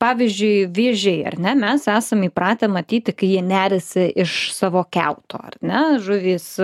pavyzdžiui vėžiai ar ne mes esam įpratę matyti kai jie neriasi iš savo kiauto ar ne žuvys